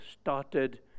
started